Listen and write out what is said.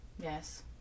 Yes